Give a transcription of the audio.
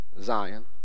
Zion